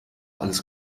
alles